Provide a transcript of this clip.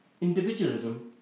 Individualism